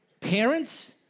parents